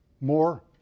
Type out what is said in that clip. more